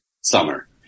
summer